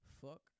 Fuck